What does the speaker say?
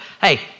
hey